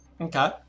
Okay